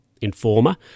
informer